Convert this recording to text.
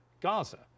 Gaza